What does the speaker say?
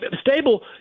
stable